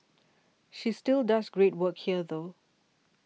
she still does great work here though